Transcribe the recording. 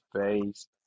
face